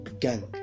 gang